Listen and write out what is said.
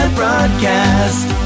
broadcast